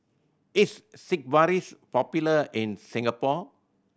is Sigvaris popular in Singapore